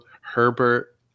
Herbert